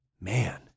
man